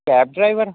cab driver